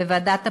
בוועדת הפנים,